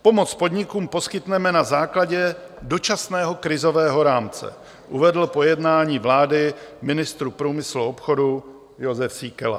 Pomoc podnikům poskytneme na základě dočasného krizového rámce, uvedl po jednání vlády ministru průmyslu a obchodu Jozef Síkela.